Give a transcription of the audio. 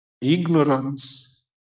Ignorance